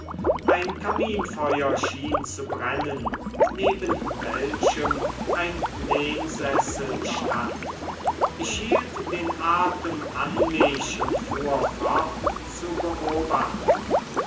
ein kaminfeuer schien zu brennen neben welchem ein lehnsessel stand ich hielt den atem an mich und fuhr fort zu beobachten